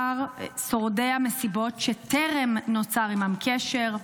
שורדי המסיבות שטרם נוצר עימם קשר?